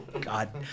God